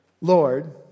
Lord